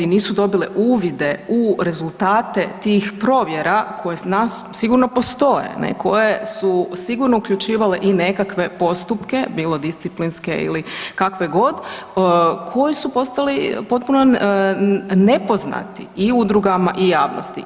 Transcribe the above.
Nisu dobile uvide u rezultate tih provjera koje sigurno postoje koje su sigurno uključivale i nekakve postupke, bilo disciplinske ili kakve god koji su postali potpuno nepoznati i udrugama i javnosti.